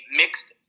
mixed